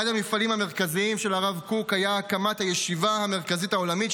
אחד המפעלים המרכזיים של הרב קוק היה הקמת הישיבה המרכזית העולמית,